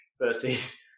versus